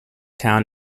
town